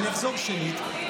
אני אחזור שנית,